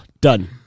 done